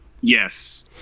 yes